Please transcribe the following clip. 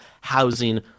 housing